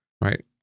right